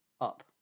up